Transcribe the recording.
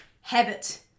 Habit